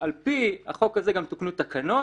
על פי החוק הזה גם תוקנו תקנות